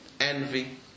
envy